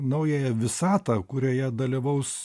naująją visatą kurioje dalyvaus